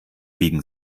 biegen